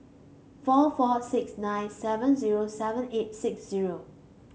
four four six nine seven zero seven eight six zero